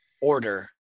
order